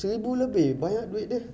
seribu lebih banyak duit dia